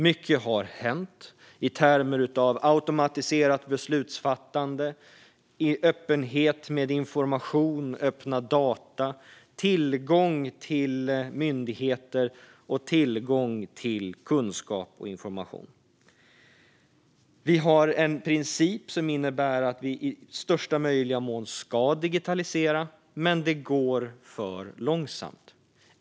Mycket har hänt i termer av automatiserat beslutsfattande, öppenhet med information, öppna data, tillgång till myndigheter och tillgång till kunskap och information. Vi har en princip som innebär att vi i största möjliga mån ska digitalisera, men det går för långsamt.